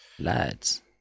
Lads